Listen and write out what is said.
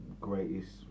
greatest